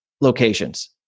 locations